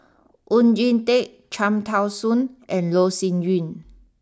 Oon Jin Teik Cham Tao Soon and Loh Sin Yun